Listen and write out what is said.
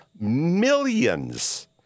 Millions